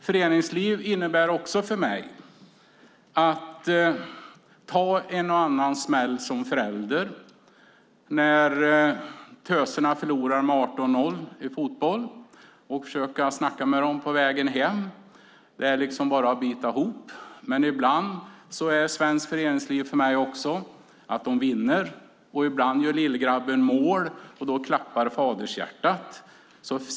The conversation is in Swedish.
Föreningsliv innebär för mig att ta en och annan smäll som förälder när töserna förlorar med 18-0 i fotboll och försöka snacka med dem på vägen hem. Det är bara att bita ihop. Ibland är svenskt föreningsliv för mig att de vinner. Ibland gör lillgrabben mål. Då klappar fadershjärtat.